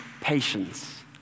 patience